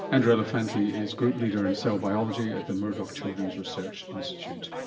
andrew elefanty is group leader in cell biology at the murdoch children's research institute.